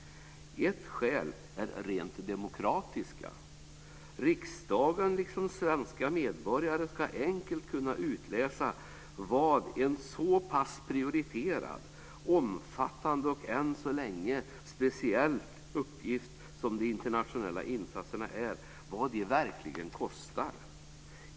Ett skäl är det rent demokratiska. Riksdagen liksom svenska medborgare ska enkelt kunna utläsa vad en så pass prioriterad, omfattande och än så länge speciell uppgift som de internationella insatserna är verkligen kostar.